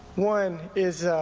one is